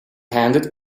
handed